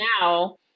now